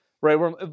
right